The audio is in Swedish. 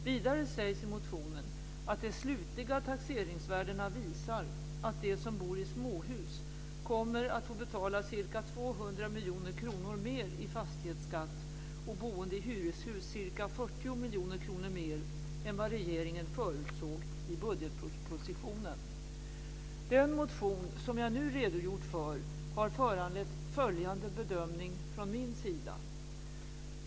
Vidare sägs i motionen att de slutliga taxeringsvärdena visar att de som bor i småhus kommer att få betala ca 200 Den motion som jag nu redogjort för har föranlett följande bedömning från min sida.